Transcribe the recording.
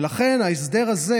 ולכן ההסדר הזה